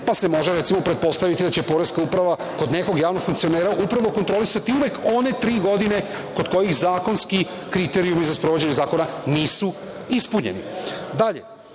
pa se može, recimo, pretpostaviti da će poreska uprava kod nekog javnog funkcionera upravo kontrolisati uvek one tri godine kod kojih zakonski kriterijumi za sprovođenje zakona nisu ispunjeni. Dalje.